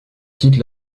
quitte